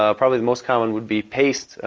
ah probably the most common would be paste,